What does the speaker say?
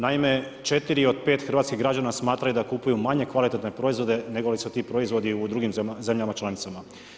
Naime, četiri od pet hrvatskih građana smatraju da kupuju manje kvalitetne proizvode negoli su ti proizvodi u drugim zemljama članicama.